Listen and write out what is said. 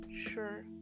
sure